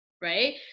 right